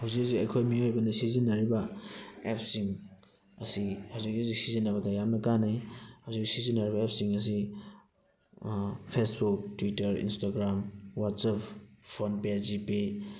ꯍꯧꯖꯤꯛ ꯍꯧꯖꯤꯛ ꯑꯩꯈꯣꯏ ꯃꯤꯑꯣꯏꯕꯅ ꯁꯤꯖꯤꯟꯅꯔꯤꯕ ꯑꯦꯞꯁꯤꯡ ꯑꯁꯤ ꯍꯧꯖꯤꯛ ꯍꯧꯖꯤꯛ ꯁꯤꯖꯤꯟꯅꯕꯗ ꯌꯥꯝꯅ ꯀꯥꯟꯅꯩ ꯍꯧꯖꯤꯛ ꯁꯤꯖꯤꯟꯅꯔꯤꯕ ꯑꯦꯞꯁꯤꯡ ꯑꯁꯤ Facebook Twitter Instagram WhatsApp PhonePe ꯖꯤꯄꯦ